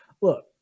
look